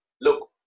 look